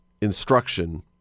instruction